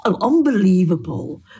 unbelievable